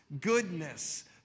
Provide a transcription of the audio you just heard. goodness